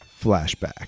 Flashback